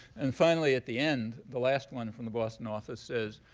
and finally, at the end, the last one from the boston office, says,